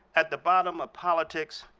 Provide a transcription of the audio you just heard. at the bottom of politics,